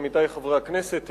עמיתי חברי הכנסת,